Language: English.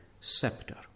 scepter